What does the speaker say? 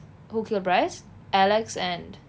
who killed bryce alex and